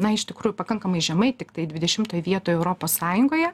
na iš tikrųjų pakankamai žemai tiktai dvidešimtoj vietoj europos sąjungoje